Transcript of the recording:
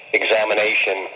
examination